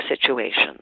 situation